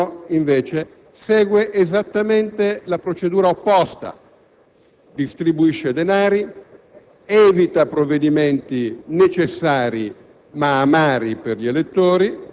vorrei però far rilevare al collega Boccia che stiamo discutendo un provvedimento del Governo che ha smaccato carattere elettoralistico, prima di affrontare una finanziaria,